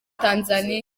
tanzaniya